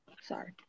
sorry